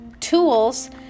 tools